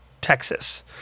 Texas